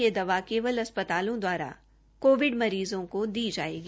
यह दवा केवल अस्प्तालों दवारा कोविड मरीज़ों को दी जायेगी